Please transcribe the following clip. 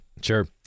Sure